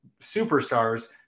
superstars